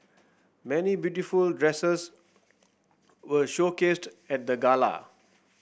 many beautiful dresses were showcased at the gala